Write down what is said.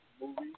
movie